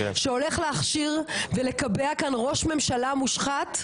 שהולך להכשיר ולקבע כאן ראש ממשלה מושחת.